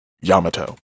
Yamato